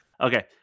okay